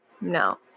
No